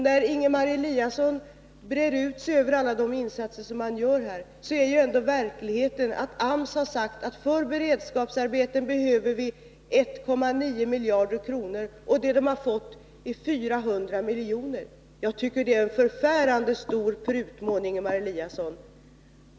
När Ingemar Eliasson brer ut sig över alla de insatser som görs, så är ändå verkligheten den att AMS har sagt att man för beredskapsarbeten behöver 1,9 miljarder kronor, och det man har fått är 400 miljoner. Det är en förfärande stor prutmån, Ingemar Eliasson.